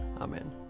Amen